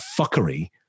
fuckery